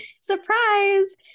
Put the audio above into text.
surprise